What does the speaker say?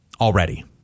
already